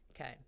Okay